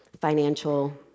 Financial